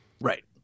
Right